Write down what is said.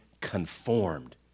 conformed